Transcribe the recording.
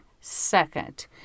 second